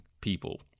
people